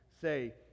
say